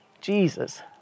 Jesus